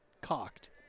cocked